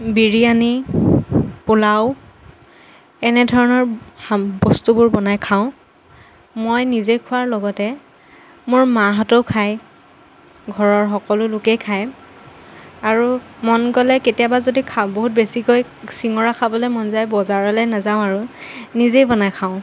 বিৰিয়ানী পোলাও এনেধৰণৰ সাম বস্তুবোৰ বনাই খাওঁ মই নিজে খোৱাৰ লগতে মোৰ মাহঁতেও খায় ঘৰৰ সকলো লোকেই খায় আৰু মন গ'লে কেতিয়াবা যদি খাব বহুত বেছিকৈ চিঙৰা খাবলৈ মন যায় বজাৰলৈ নাযাওঁ আৰু নিজেই বনায় খাওঁ